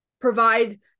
provide